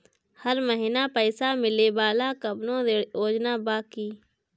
हर महीना पइसा मिले वाला कवनो ऋण योजना बा की?